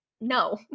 No